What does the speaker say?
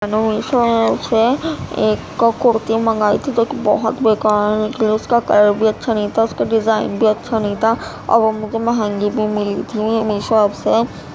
میں نے میشو ایپ سے ایک کو کرتی منگائی تھی جو کہ بہت بیکار نکلی اس کا کلر بھی اچھا نہیں تھا اس کا ڈزائن بھی اچھا نہیں تھا اور وہ مجھے مہنگی بھی ملی تھی میشو ایپ سے